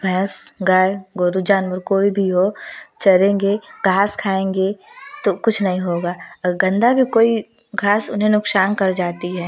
भैंस गाय गोरू जानवर कोई भी हो चरेंगे घास खाएंगे तो कुछ नहीं होगा गंदा भी कोई घास उन्हे नुकसान कर जाती है